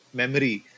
memory